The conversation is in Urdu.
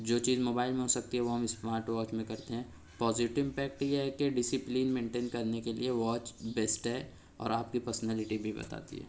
جو چیز موبائل میں ہو سکتی ہے وہ ہم اسمارٹ واچ میں کرتے ہیں پوزیٹیو امپیکٹ یہ ہے کہ ڈسپلن مینٹین کرنے کے لیے واچ بیسٹ ہے اور آپ کی پرسنالٹی بھی بتاتی ہے